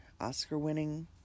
Oscar-winning